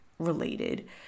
related